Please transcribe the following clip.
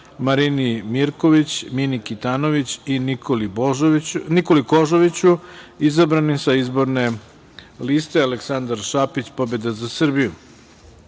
Marini Mirković, Mini Kitanović i Nikoli Kožoviću, izabranim sa Izborne liste Aleksandar Šapić – Pobeda za Srbiju. Na